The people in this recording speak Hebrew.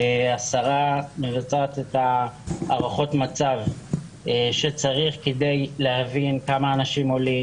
השרה מבצעת את ההערכות המצב שצריך כדי להבין כמה אנשים עולים,